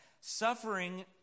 suffering